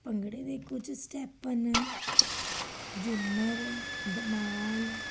ਭੰਗੜੇ ਦੇ ਕੁਝ ਸਟੈਪ ਨ ਝੂਮਰ ਧਮਾਲ